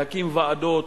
להקים ועדות,